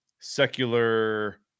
secular